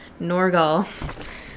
norgal